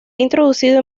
introducido